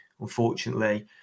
unfortunately